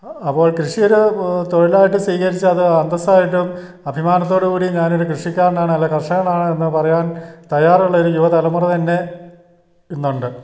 അപ്പോൾ കൃഷിയൊരു തൊഴിലായിട്ട് സ്വീകരിച്ചത് അന്തസ്സായിട്ടും അഭിമാനത്തോടുകൂടിയും ഞാനൊരു കൃഷിക്കാരനാണ് അല്ലെങ്കിൽ കർഷകനാണ് എന്നു പറയാൻ തയ്യാറുള്ളൊരു യുവതലമുറ തന്നെ ഇന്നുണ്ട്